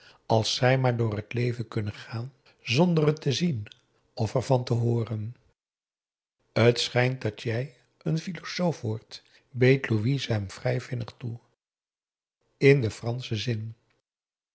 als zij maar door het leven kunnen gaan zonder het te zien of ervan te hooren het schijnt dat jij n philosoof wordt beet louise hem vrij vinnig toe in den franschen zin